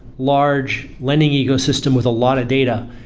large lending ecosystem with a lot of data.